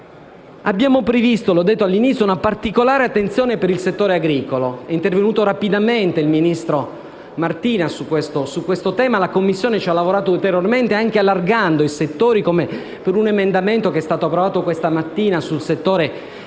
abbiamo previsto, come ho detto all'inizio, una particolare attenzione per il settore agricolo. È intervenuto rapidamente il ministro Martina su questo tema e la Commissione ci ha lavorato ulteriormente anche allargando i settori, ad esempio con un emendamento che è stato approvato questa mattina sul settore equino